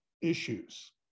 issues